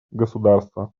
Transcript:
государства